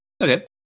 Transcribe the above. okay